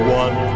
one